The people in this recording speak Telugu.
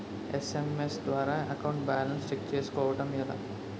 ఎస్.ఎం.ఎస్ ద్వారా అకౌంట్ బాలన్స్ చెక్ చేసుకోవటం ఎలా?